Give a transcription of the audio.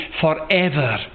forever